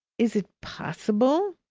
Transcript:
is it possible,